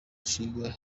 nshinga